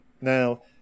Now